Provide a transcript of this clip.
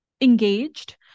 engaged